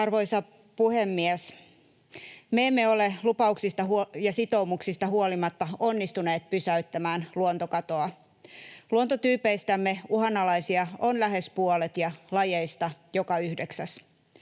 Arvoisa puhemies! Me emme ole lupauksista ja sitoumuksista huolimatta onnistuneet pysäyttämään luontokatoa. Luontotyypeistämme uhanalaisia on lähes puolet ja lajeista joka yhdeksäs.